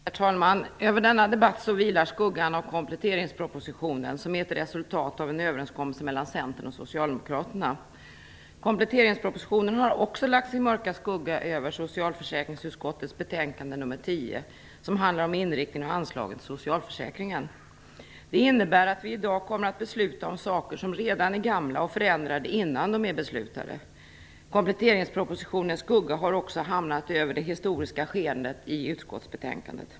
Herr talman! Över denna debatt vilar skuggan av kompletteringspropositonen som är ett resultat av en överenskommelse mellan Centern och Socialdemokraterna. Kompletteringspropositionen har också lagt sin mörka skugga över socialförsäkringsutskottets betänkande nr 10, som handlar om inriktningen för och anslagen till socialförsäkringen. Det innebär att vi i dag kommer att besluta om saker som redan är gamla och förändrade innan de är beslutade. Kompletteringspropositionens skugga har också hamnat över det historiska skeendet i utskottsbetänkandet.